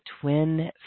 twin